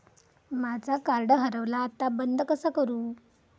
माझा कार्ड हरवला आता बंद कसा करू?